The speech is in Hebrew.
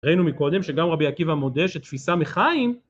ראינו מקודם שגם רבי עקיבא מודה שתפיסה מחיים.